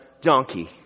donkey